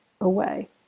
away